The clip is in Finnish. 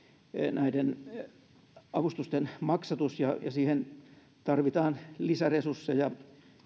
näiden avustusten maksatus ja siihen tarvitaan lisäresursseja